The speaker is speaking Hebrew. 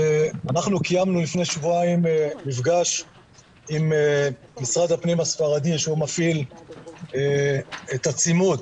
אנחנו קיימנו לפני שבועיים מפגש עם משרד הפנים הספרדי שמפעיל את הצימוד